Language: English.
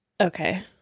okay